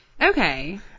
Okay